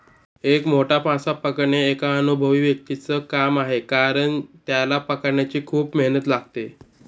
एक मोठा मासा पकडणे एका अनुभवी व्यक्तीच च काम आहे कारण, त्याला पकडण्यासाठी खूप मेहनत लागते